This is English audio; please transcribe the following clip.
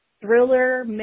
thriller